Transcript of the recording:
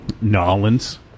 Nolans